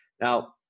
Now